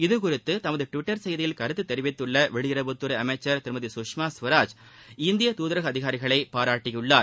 இதுகுறித்து தமது டுவிட்டர் செய்தியில் கருத்து தெரிவித்துள்ள வெளியுறவுத்துறை அமைச்சர் திருமதி சுஷ்மா ஸ்வராஜ் இந்திய தூதரக அதிகாரிகளை பாராட்டியுள்ளார்